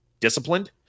Disciplined